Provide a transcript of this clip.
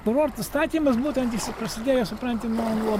kurorto statymas būtent jis ir prasidėjo supranti nuo la